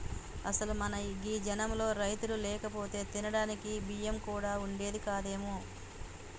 అసలు మన గీ జనంలో రైతులు లేకపోతే తినడానికి బియ్యం కూడా వుండేది కాదేమో